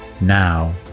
now